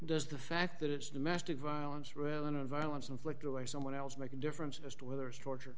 does the fact that it's domestic violence really and violence inflicted by someone else make a difference as to whether it's torture